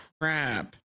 crap